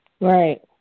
Right